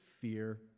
fear